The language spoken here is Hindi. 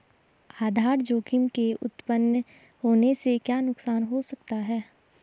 आधार जोखिम के उत्तपन होने से क्या नुकसान हो सकता है?